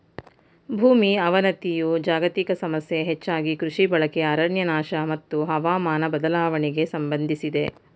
ಭೂಮಿ ಅವನತಿಯು ಜಾಗತಿಕ ಸಮಸ್ಯೆ ಹೆಚ್ಚಾಗಿ ಕೃಷಿ ಬಳಕೆ ಅರಣ್ಯನಾಶ ಮತ್ತು ಹವಾಮಾನ ಬದಲಾವಣೆಗೆ ಸಂಬಂಧಿಸಿದೆ